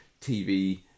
TV